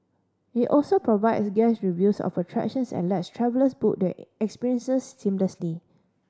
it also provides guest reviews of attractions and lets travellers book their experiences seamlessly